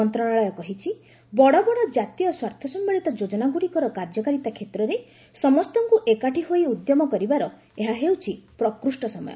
ମନ୍ତ୍ରଣାଳୟ କହିଛି ବଡ଼ବଡ଼ କାତୀୟ ସ୍ୱାର୍ଥସମ୍ଘଳିତ ଯୋଜନାଗ୍ରଡ଼ିକର କାର୍ଯ୍ୟକାରିତା କ୍ଷେତ୍ରରେ ସମସ୍ତଙ୍କୁ ଏକାଠି ହୋଇ ଉଦ୍ୟମ କରିବାର ଏହା ହେଉଛି ପ୍ରକୃଷ୍ଟ ସମୟ